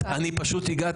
אני לוקח לך שלוש דקות.